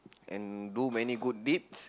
and do many good deeds